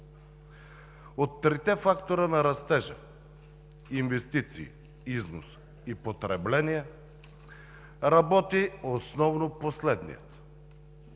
От трите фактора на растежа – инвестиции, износ и потребление работи основно последният.